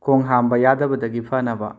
ꯈꯣꯡ ꯍꯥꯝꯕ ꯌꯥꯗꯕꯗꯒꯤ ꯐꯅꯕ